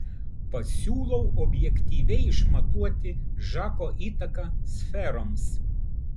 pasiūlau objektyviai išmatuoti žako įtaką sferoms